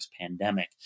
pandemic